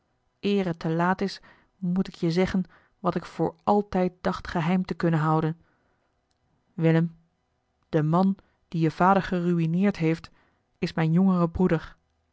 het te laat is moet ik je zeggen wat ik voor altijd dacht geheim te kunnen houden willem de man die je vader geruïneerd heeft is mijn jongere broeder